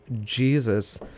Jesus